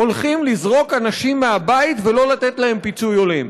הולכים לזרוק אנשים מהבית ולא לתת להם פיצוי הולם.